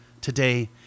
today